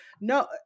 no